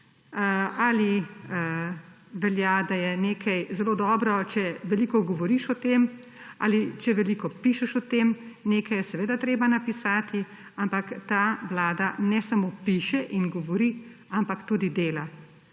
ali velja, da je nekaj zelo dobro, če veliko govoriš o tem ali če veliko pišeš o tem. Nekaj je seveda treba napisati, ampak ta vlada ne samo piše in govori, ampak tudi dela;